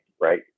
right